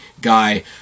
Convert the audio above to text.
guy